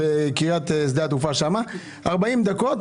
40 דקות,